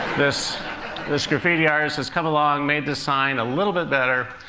this this graffiti artist has come along, made this sign a little bit better,